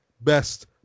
best